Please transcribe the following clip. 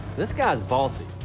this guy's bossy,